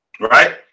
right